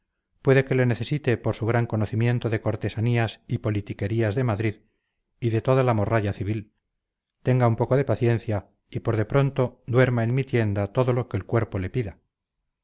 puede que te necesite por su gran conocimiento de cortesanías y politiquerías de madrid y de toda la morralla civil tenga un poco de paciencia y por de pronto duerma en mi tienda todo lo que el cuerpo le pida